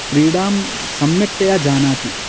क्रीडां सम्यक्तया जानाति